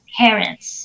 parents